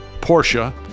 Porsche